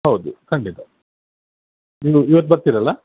ಹೌದು ಖಂಡಿತ ನೀವು ಇವತ್ತು ಬರ್ತೀರಲ್ಲ